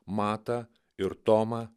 matą ir tomą